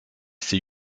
ses